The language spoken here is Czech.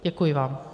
Děkuji vám.